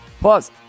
plus